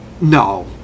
No